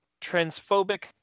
transphobic